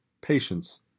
patience